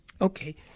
Okay